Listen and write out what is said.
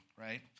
right